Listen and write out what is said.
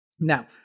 Now